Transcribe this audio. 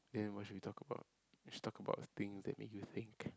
then what should we talk about we should talk about things that make you think